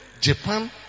Japan